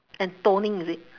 and toning is it